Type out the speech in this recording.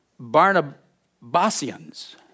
Barnabasians